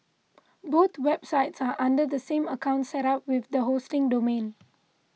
both websites are under the same account set up with the hosting domain